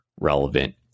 relevant